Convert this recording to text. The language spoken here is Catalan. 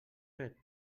fet